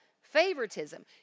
favoritism